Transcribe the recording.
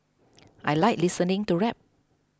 I like listening to rap